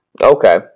Okay